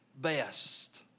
best